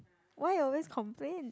why you always complain